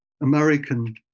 American